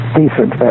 decent